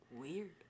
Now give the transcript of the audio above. Weird